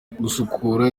gusukura